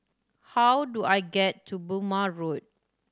how do I get to Burmah Road